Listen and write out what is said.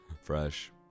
fresh